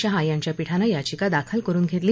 शहा यांच्या पिठानं याचिका दाखल करुन घेतली